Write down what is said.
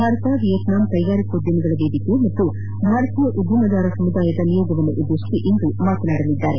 Bharat Vietnam ಕೈಗಾರಿಕೋದ್ಯಮಿಗಳ ವೇದಿಕೆ ಪಾಗೂ ಭಾರತೀಯ ಉದ್ಯಮದಾರ ಸಮುದಾಯದ ನಿಯೋಗವನ್ನು ಉದ್ದೇತಿಸಿ ಇಂದು ಮಾತನಾಡಲಿದ್ದಾರೆ